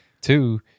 two